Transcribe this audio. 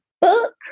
book